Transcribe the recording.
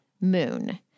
Moon